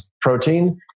protein